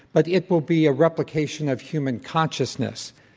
but it will be a replication of human consciousness